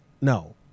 No